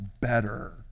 better